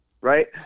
right